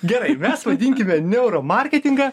gerai mes vadinkime neuromarketingą